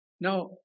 Now